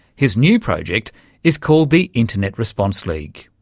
his new project is called the internet response league.